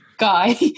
guy